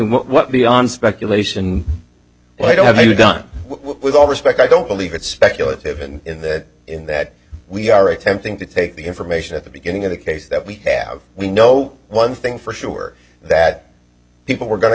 what beyond speculation but i have you done with all respect i don't believe it's speculative and in that in that we are attempting to take the information at the beginning of the case that we have we know one thing for sure that people were going to